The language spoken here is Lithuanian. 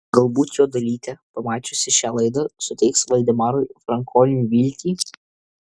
galbūt jo dalytė pamačiusi šią laidą suteiks valdemarui frankoniui viltį